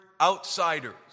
outsiders